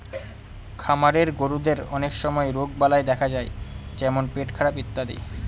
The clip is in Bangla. খামারের গরুদের অনেক সময় রোগবালাই দেখা যায় যেমন পেটখারাপ ইত্যাদি